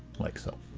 like so.